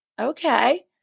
okay